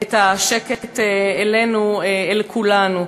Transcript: את השקט אלינו, אל כולנו.